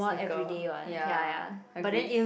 sneaker ya agreed